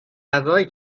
غذایی